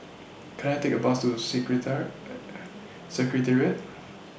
Can I Take A Bus to Secretariat